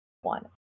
one